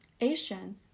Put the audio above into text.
asian